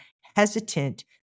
hesitant